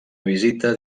visita